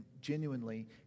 genuinely